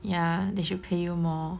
ya they should pay you more